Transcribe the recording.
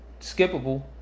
skippable